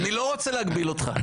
אני לא רוצה להגביל אותך.